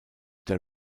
der